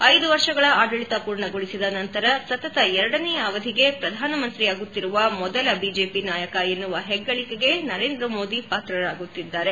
ಐದು ವರ್ಷಗಳ ಆಡಳಿತ ಪೂರ್ಣಗೊಳಿಸಿದ ನಂತರ ಸತತ ಎರಡನೆಯ ಅವಧಿಗೆ ಪ್ರಧಾನಮಂತ್ರಿಯಾಗುತ್ತಿರುವ ಮೊದಲ ಬಿಜೆಪಿ ನಾಯಕ ಎನ್ನುವ ಹೆಗ್ಗಳಕೆಗೆ ನರೇಂದ್ರ ಮೋದಿ ಪಾತ್ರರಾಗುತ್ತಿದ್ದಾರೆ